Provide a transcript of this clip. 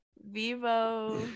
Vivo